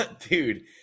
dude